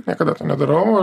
niekada to nedarau